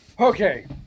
Okay